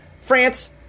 France